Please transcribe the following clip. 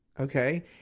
okay